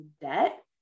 debt